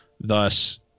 Thus